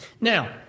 Now